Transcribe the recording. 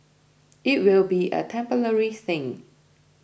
it will be a temporary thing